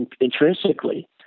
intrinsically